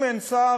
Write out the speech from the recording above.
אם אין שר,